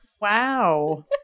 Wow